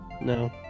No